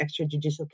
extrajudicial